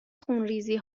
خونریزی